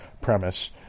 premise